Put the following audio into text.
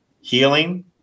healing